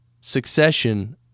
succession